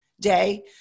day